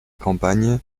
campagne